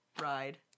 ride